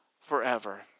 forever